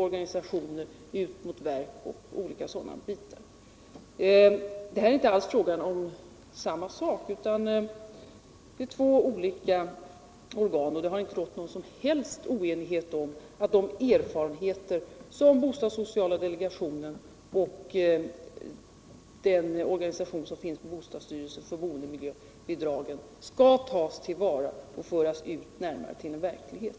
Referensgruppen och det bostadssociala rådet har därmed helt olika funktioner. Det har inte heller rått någon som helst oenighet om att erfarenheterna från bostadssociala delegationen och den organisation som finns på bostadsstyrelsen för boendemiljöbidragen skulle tas till vara och föras vidare i ett bostadssocialt råd knutet till